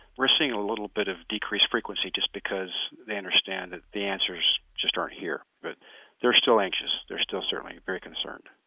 we're seeing a little bit of decreased frequency just because they understand the answers just aren't here. but they're still anxious, they're still certainly very concerned.